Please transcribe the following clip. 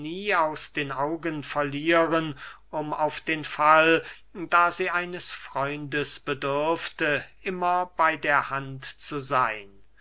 aus den augen verlieren um auf den fall da sie eines freundes bedürfte immer bey der hand zu seyn